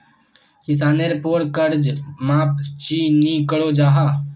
किसानेर पोर कर्ज माप चाँ नी करो जाहा?